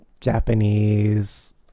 Japanese